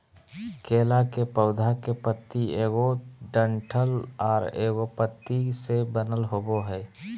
केला के पौधा के पत्ति एगो डंठल आर एगो पत्ति से बनल होबो हइ